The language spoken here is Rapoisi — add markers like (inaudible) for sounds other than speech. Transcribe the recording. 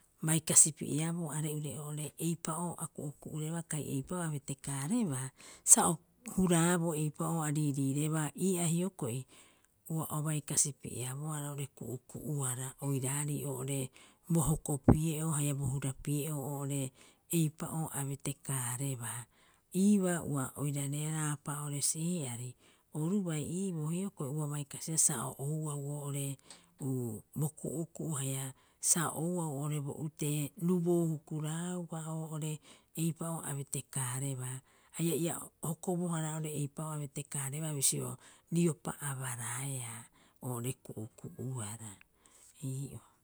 Bai kasipi'eaboo are'ure oo'ore eipa'oo a ku'uku'urebaa kai eipa'oo a betekaarebaa, sa o huraaboo eipa'oo a riiriirebaa. Ii'aa hioko'i ua o bai kasipi'eabohara oo'ore ku'uku'uara oiraarei oo'ore bo hokopi'e'oo haia bo hurapi'e'oo oo'ore eipa'oo a betekaarebaa. Iibaa ua oirareraapa oo'ore seari orubai iiboo hioko'i ua baisiia sa o ouau oo'ore (hesitation) bo ku'uku'u haia sa ouau oo'ore bo utee ruboou hukuraauba oo'ore eipa'oo a betekaarebaa. Haia ia o hokobohara oo'ore eipa'oo ia beteekaareba bisio riopa abaraaea oo'ore ku'uku'uara. Ii'oo